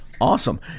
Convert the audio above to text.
Awesome